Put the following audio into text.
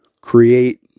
create